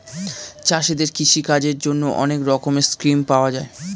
চাষীদের কৃষি কাজের জন্যে অনেক রকমের স্কিম পাওয়া যায়